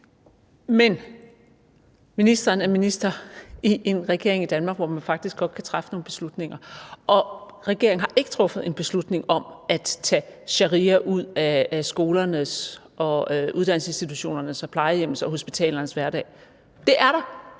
Men ministeren er minister i en regering i Danmark, hvor man faktisk godt kan træffe nogle beslutninger, og regeringen har ikke truffet en beslutning om at tage sharia ud af skolernes, uddannelsesinstitutionernes, plejehjemmenes og hospitalernes hverdag. For den er der.